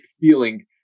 feeling